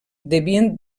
devien